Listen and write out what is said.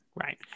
Right